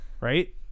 Right